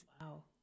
Wow